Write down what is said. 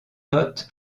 note